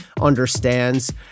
understands